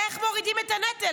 איך מורידים את הנטל.